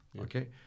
okay